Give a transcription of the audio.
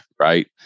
right